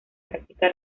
práctica